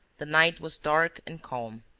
the night was dark and calm.